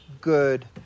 good